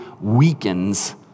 weakens